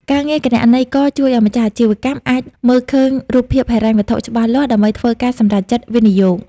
ការងារគណនេយ្យករជួយឱ្យម្ចាស់អាជីវកម្មអាចមើលឃើញរូបភាពហិរញ្ញវត្ថុច្បាស់លាស់ ដើម្បីធ្វើការសម្រេចចិត្តវិនិយោគ។